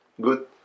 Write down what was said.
good